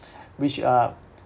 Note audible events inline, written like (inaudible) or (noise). (breath) which uh